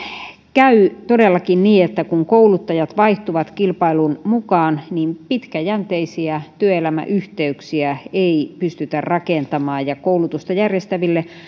käy todellakin niin että kun kouluttajat vaihtuvat kilpailun mukaan niin pitkäjänteisiä työelämäyhteyksiä ei pystytä rakentamaan ja koulutusta järjestäville